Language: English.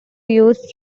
use